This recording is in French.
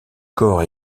corps